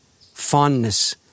fondness